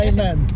Amen